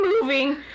moving